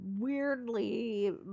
weirdly